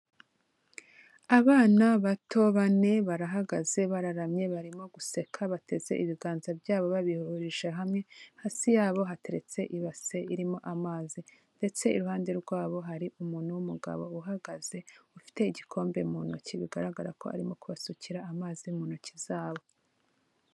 Abana bato bane barahagaze, bararamye barimo guseka bateze ibiganza byabo babihurije hamwe, hasi yabo hateretse ibase irimo amazi ndetse iruhande rwabo hari umuntu w'umugabo uhagaze ufite igikombe mu ntoki bigaragara ko arimo kubasukira amazi mu ntoki zabo.